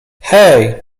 hej